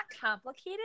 complicated